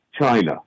China